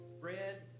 bread